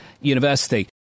University